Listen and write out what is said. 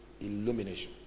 illumination